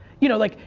you know, like,